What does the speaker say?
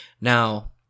Now